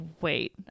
wait